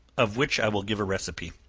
of which i will give a recipe.